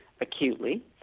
acutely